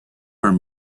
are